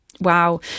Wow